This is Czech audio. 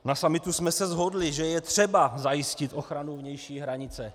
Na summitu jsme se shodli, že je třeba zajistit ochranu vnější hranice.